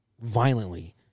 violently